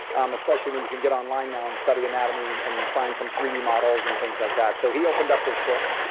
um especially when you can get online now and study anatomy, and find some three d models and things like that. so he opened up this book,